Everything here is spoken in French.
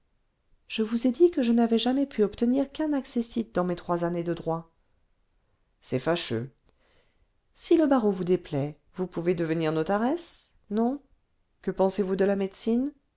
je vous ai dit que je n'avais jamais pu obtenir qu'un accessit dans mes trois années de droit arrivée de mmo ponto le vingtième siècle c'est fâcheux si le barreau vous déplaît vous pouvez devenir notaresse non que pensez-vous de la médecine